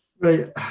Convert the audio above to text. Right